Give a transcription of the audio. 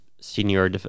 senior